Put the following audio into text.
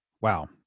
Wow